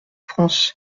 france